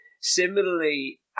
similarly